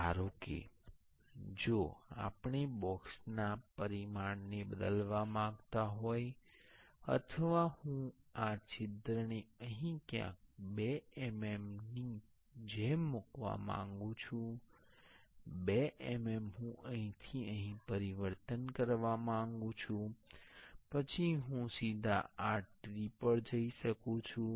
અને ધારો કે જો આપણે બોક્સ ના આ પરિમાણને બદલવા માંગતા હો અથવા હું આ છિદ્રને અહીં ક્યાંક 2 mmની જેમ મૂકવા માંગું છું 2 mm હું અહીંથી અહીં પરિવર્તન કરવા માંગુ છું પછી હું સીધા આ ટ્રી પર જઈ શકું છું